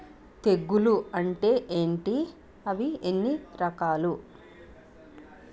తెగులు అంటే ఏంటి అవి ఎన్ని రకాలు?